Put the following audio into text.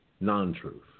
non-truth